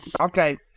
Okay